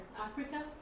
Africa